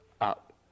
up